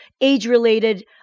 age-related